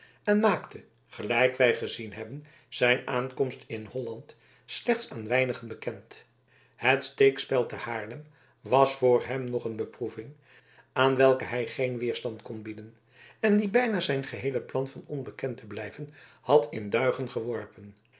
en maakte gelijk wij gezien hebben zijn aankomst in holland slechts aan weinigen bekend het steekspel te haarlem was voor hem nog een beproeving aan welke hij geen weerstand kon bieden en die bijna zijn geheele plan van onbekend te blijven had in duigen geworpen